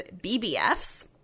BBFs